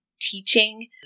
teaching